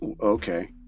Okay